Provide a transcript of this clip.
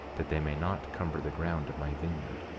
that they may not cumber the ground of my vineyard.